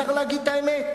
צריכים להגיד באותה מידה: